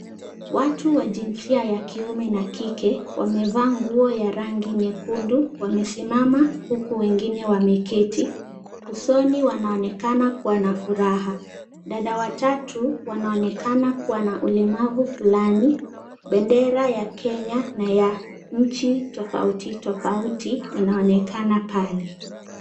Watu wa jinsia ya kiume na kike wamevaa nguo ya rangi nyekundu. Wamesimama huku wengine wameketi. Usoni wanaonekana kuwa na furaha. Dada watatu wanaonekana kuwa na ulemavu fulani. Bendera ya Kenya na ya nchi tofauti tofauti inaonekana pale.